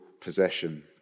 possession